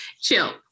Chill